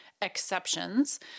exceptions